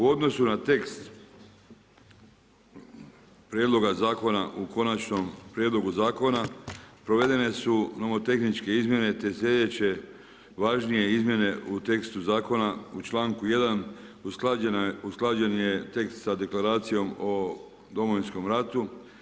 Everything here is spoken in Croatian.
U odnosu na tekst prijedloga zakona u konačnom prijedlogu zakona, provedene su nomo tehničke izmjene te sljedeće važnije izmjene u tekstu zakona u čl. 1. usklađen je tekst sa deklaracijom o Domovinskom ratu.